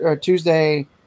Tuesday